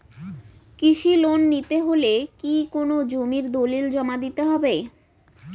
কৃষি লোন নিতে হলে কি কোনো জমির দলিল জমা দিতে হবে?